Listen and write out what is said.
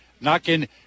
knocking